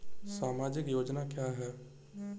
सामाजिक योजना क्या है?